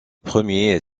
premiers